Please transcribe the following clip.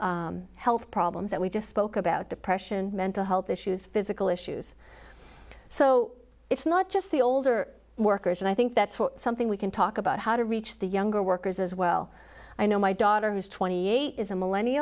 additional health problems that we just spoke about depression mental health issues physical issues so it's not just the older workers and i think that's what something we can talk about how to reach the younger workers as well i know my daughter who's twenty eight is a millennia